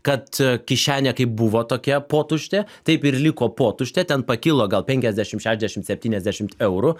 kad kišenė kaip buvo tokia potuštė taip ir liko potuštė ten pakilo gal penkiasdešim šešiasdešim septyniasdešimt eurų